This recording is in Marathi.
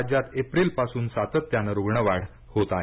राज्यात एप्रिलपासून सातत्यानं रुग्णवाढ होत आहे